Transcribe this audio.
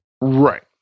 Right